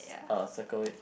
uh circle it